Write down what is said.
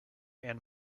and